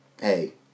hey